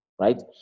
Right